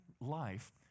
life